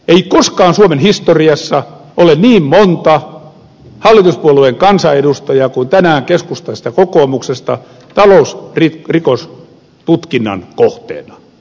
ei koskaan suomen historiassa ole ollut niin monta hallituspuolueen kansanedustajaa kuin tänään keskustasta ja kokoomuksesta talousrikostutkinnan kohteena